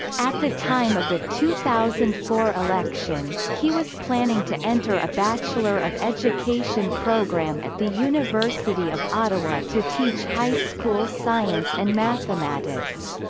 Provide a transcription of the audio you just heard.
at the time of the two thousand and four election, he was planning to enter a bachelor of education program at the university of ottawa to teach high school science and mathematids.